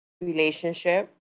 relationship